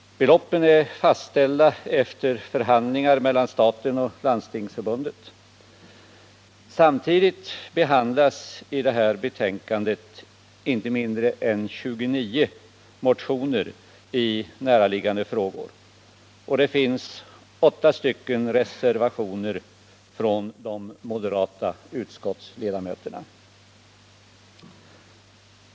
Beloppen är fastställda efter förhandlingar mellan staten och Landstingsförbundet. Samtidigt behandlas i detta betänkande inte mindre än 29 motioner i näraliggande frågor, och det finns åtta reservationer från de moderata utskottsledamöterna.